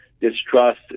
distrust